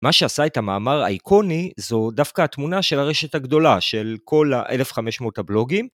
מה שעשה את המאמר האיקוני זו דווקא התמונה של הרשת הגדולה, של כל 1,500 הבלוגים.